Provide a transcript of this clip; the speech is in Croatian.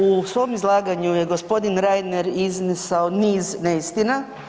U svom izlaganju je gospodin Reiner iznesao niz neistina.